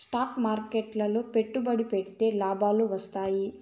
stock మార్కెట్లు లో పెట్టుబడి పెడితే లాభాలు వత్తాయి